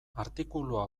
artikulua